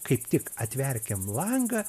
kaip tik atverkim langą